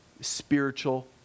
spiritual